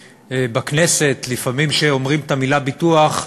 בכנסת, לפעמים כשאומרים את המילה ביטוח,